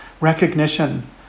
recognition